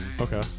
Okay